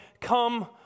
come